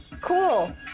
Cool